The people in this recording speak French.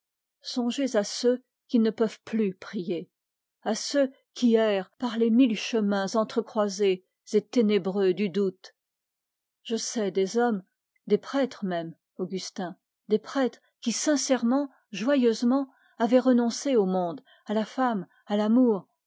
songez à ceux qui ne peuvent plus prier à ceux qui errent dans les mille chemins entrecroisés et ténébreux du doute je sais des hommes des prêtres même augustin des prêtres qui sincèrement joyeusement avaient renoncé au monde à la femme à l'amour